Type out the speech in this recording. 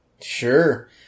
Sure